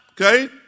okay